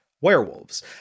werewolves